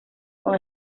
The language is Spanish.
con